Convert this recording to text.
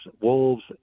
wolves